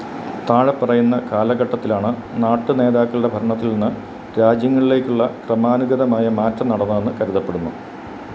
താഴെപ്പറയുന്ന കാലഘട്ടത്തിലാണ് നാട്ടുനേതാക്കളുടെ ഭരണത്തില് നിന്നു രാജ്യങ്ങളിലേക്കുള്ള ക്രമാനുഗതമായ മാറ്റം നടന്നതെന്നു കരുതപ്പെടുന്നു